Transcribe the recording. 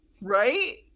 Right